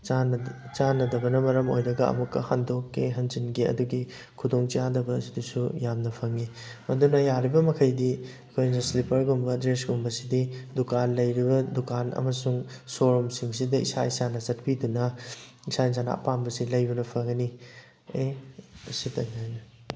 ꯆꯥꯟꯅꯗꯕꯅ ꯃꯔꯝ ꯑꯣꯏꯔꯒ ꯑꯃꯨꯛꯀ ꯍꯟꯗꯣꯛꯀꯦ ꯍꯟꯖꯤꯟꯒꯦ ꯑꯗꯨꯒꯤ ꯈꯨꯗꯣꯡ ꯆꯥꯗꯕ ꯑꯁꯤꯗꯁꯨ ꯌꯥꯝꯅ ꯐꯪꯉꯤ ꯑꯗꯨꯅ ꯌꯥꯔꯤꯕ ꯃꯈꯩꯗꯤ ꯑꯩꯈꯣꯏꯅ ꯁ꯭ꯂꯤꯞꯄꯔꯒꯨꯝꯕ ꯗ꯭ꯔꯦꯁꯀꯨꯝꯕꯁꯤꯗꯤ ꯗꯨꯀꯥꯟ ꯂꯩꯔꯤꯕ ꯗꯨꯀꯥꯟ ꯑꯃꯁꯨꯡ ꯁꯣ ꯔꯨꯝꯁꯤꯡꯁꯤꯗ ꯏꯁꯥ ꯏꯁꯥꯅ ꯆꯠꯄꯤꯗꯨꯅ ꯏꯁꯥ ꯏꯁꯥꯅ ꯑꯄꯥꯝꯕꯁꯤ ꯂꯩꯕꯅ ꯐꯒꯅꯤ ꯑꯁꯤꯇꯪ ꯍꯥꯏꯔꯒꯦ